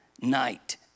night